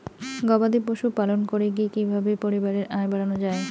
গবাদি পশু পালন করে কি কিভাবে পরিবারের আয় বাড়ানো যায়?